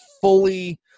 fully